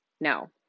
No